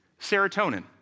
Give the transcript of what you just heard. Serotonin